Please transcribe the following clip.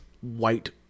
white